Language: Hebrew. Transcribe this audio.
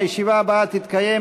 הישיבה הבאה תתקיים,